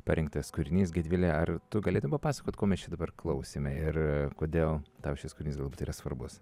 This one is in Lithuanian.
parinktas kūrinys gedvile ar tu galėtum papasakoti ko mes čia dabar klausėme ir kodėl tau šis kuris galbūt yra svarbus